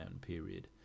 period